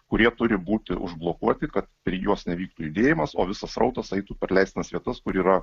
kurie turi būti užblokuoti kad per juos nevyktų judėjimas o visas srautas eitų per leistinas vietas kur yra